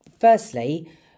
firstly